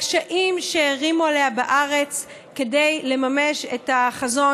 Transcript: הקשיים שהערימו עליה בארץ במימוש את החזון